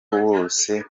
wose